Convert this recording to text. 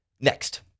Next